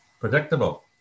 predictable